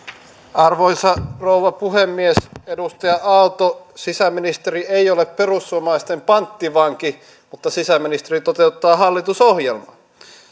arvoisa rouva puhemies edustaja aalto sisäministeri ei ole perussuomalaisten panttivanki mutta sisäministeri toteuttaa hallitusohjelmaa